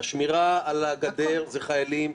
השמירה על הגדר אלו חיילים.